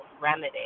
remedy